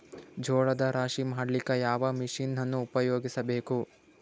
ಜೋಳದ ರಾಶಿ ಮಾಡ್ಲಿಕ್ಕ ಯಾವ ಮಷೀನನ್ನು ಉಪಯೋಗಿಸಬೇಕು?